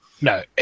no